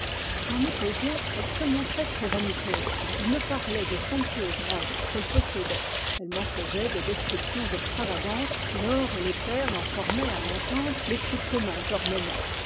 quand nous causions elle se montrait très vaniteuse et me parlait de somptueuses robes qu'elle possédait elle m'en faisait des descriptions extravagantes l'or et les perles en formaient à l'entendre les plus communs ornements